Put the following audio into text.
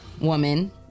woman